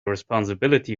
responsibility